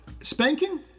Spanking